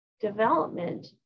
development